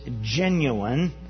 genuine